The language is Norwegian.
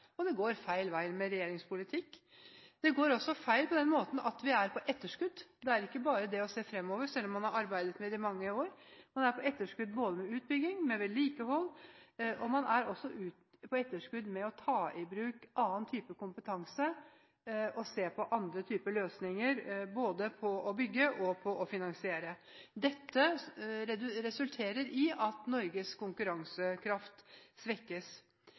til bane går feil vei, og det går feil vei med regjeringens politikk. Det går også feil på den måten at vi er på etterskudd. Det er ikke bare det å se fremover, selv om man har arbeidet med det i mange år, man er på etterskudd både med utbygging, med vedlikehold og med å ta i bruk annen type kompetanse og se på andre typer løsninger, både når det gjelder å bygge og å finansiere. Dette resulterer i at Norges konkurransekraft svekkes.